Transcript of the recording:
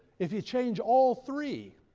if you change all three,